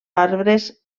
arbres